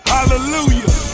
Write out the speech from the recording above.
Hallelujah